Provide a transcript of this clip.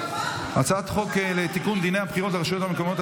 הצעת החוק לתיקון דיני הבחירות לרשויות המקומיות,